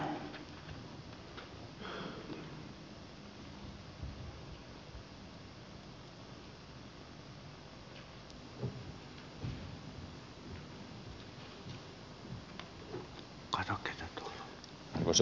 arvoisa puhemies